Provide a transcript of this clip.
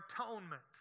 atonement